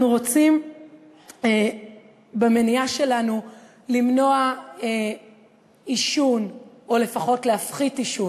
אנחנו רוצים במניעה שלנו למנוע עישון או לפחות להפחית עישון,